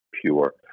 pure